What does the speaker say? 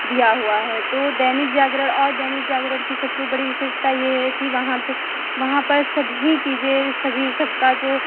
दिया हुआ है तो दैनिक जागरण और दैनिक जागरण की सबसे बड़ी विशेषता ये है कि वहां पे वहां पर सभी चीज़ें सभी सबका जो